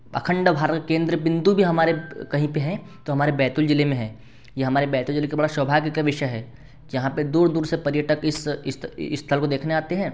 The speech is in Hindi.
अखंड भारत केंद्र बिंदु भी हमारे कहीं पर है तो हमारे बैतूल जिले में है ये हमारे बैतूल जिले के बड़ा सौभाग्य का विषय है यहाँ पर दूर दूर से पर्यटक इस इस स्थल को देखने आते हैं